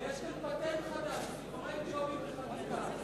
אבל יש כאן פטנט חדש: סידורי ג'ובים בחקיקה.